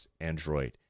Android